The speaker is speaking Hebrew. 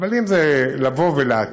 אבל אם זה לבוא ולהטיח,